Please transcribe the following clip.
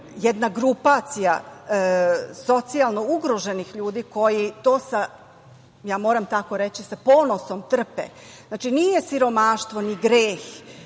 jedna grupacija socijalno ugroženih ljudi koji to, ja moram tako reći, sa ponosom trpe. Znači, nije siromaštvo ni greh,